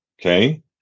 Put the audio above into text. okay